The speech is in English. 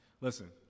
Listen